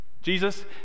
Jesus